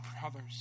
brother's